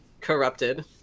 corrupted